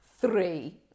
three